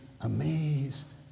amazed